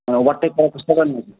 মানে ওভারটেক করার চেষ্টা করেন নাকি